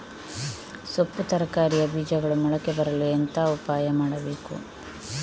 ಸೊಪ್ಪು ತರಕಾರಿಯ ಬೀಜಗಳು ಮೊಳಕೆ ಬರಲು ಎಂತ ಉಪಾಯ ಮಾಡಬೇಕು?